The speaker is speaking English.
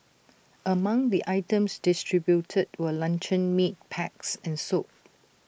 among the items distributed were luncheon meat packs and soap